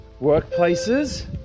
workplaces